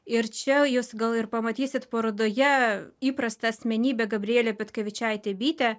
ir čia jūs gal ir pamatysit parodoje įprasta asmenybė gabrielė petkevičaitė bitė